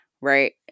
right